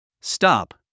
Stop